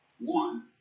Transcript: One